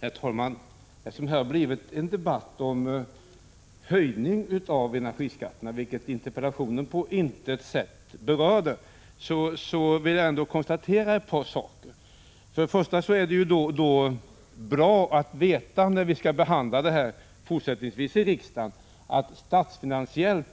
Herr talman! Eftersom det här har blivit en debatt om höjning av energiskatterna, vilket interpellationen på intet sätt berörde, vill jag ändå göra ett par konstateranden. När vi fortsättningsvis skall behandla detta ärende i riksdagen är det bra att veta att det statsfinansiellt